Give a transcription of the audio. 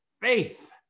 faith